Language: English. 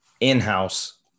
in-house